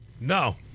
No